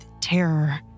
terror